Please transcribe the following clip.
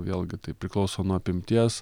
vėlgi tai priklauso nuo apimties